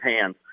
hands